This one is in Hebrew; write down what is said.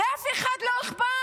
לאף אחד לא אכפת.